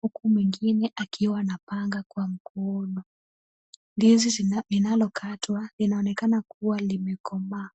huku mwingine akiwa na panga kwa mkono. Ndizi linalokatwa linaonekana kuwa limekomaa.